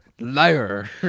Liar